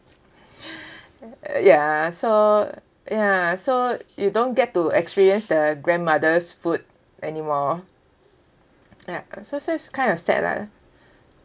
ya so ya so you don't get to experience the grandmother's food anymore ya so so it's kind of sad lah